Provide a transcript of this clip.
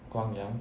光亮